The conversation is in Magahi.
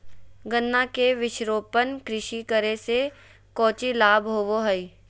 गन्ना के वृक्षारोपण कृषि करे से कौची लाभ होबो हइ?